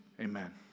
amen